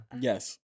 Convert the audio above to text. Yes